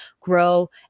grow